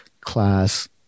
class